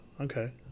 okay